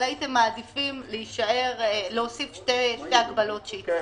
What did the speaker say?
אבל הייתם מעדיפים להוסיף את שתי המגבלות שהצעת.